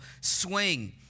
swing